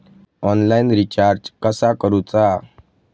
Online recharge कसा करूचा?